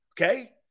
Okay